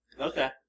Okay